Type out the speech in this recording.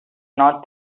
not